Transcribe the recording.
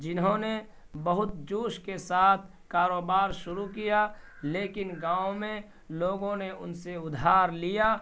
جنہوں نے بہت جوش کے ساتھ کاروبار شروع کیا لیکن گاؤں میں لوگوں نے ان سے ادھار لیا